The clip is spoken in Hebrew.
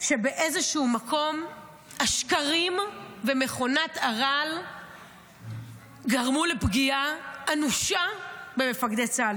שבאיזשהו מקום השקרים ומכונת הרעל גרמו לפגיעה אנושה במפקדי צה"ל,